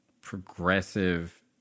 progressive